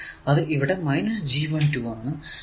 അതു ഇവിടെ G 1 2 ആണ്